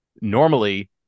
normally